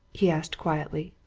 he asked quietly.